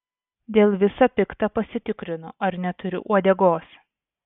dėl visa pikta pasitikrinu ar neturiu uodegos